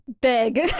big